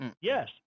yes